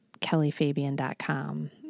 kellyfabian.com